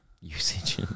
Usage